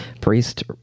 Priest